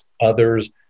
others